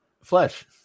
Flesh